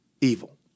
evil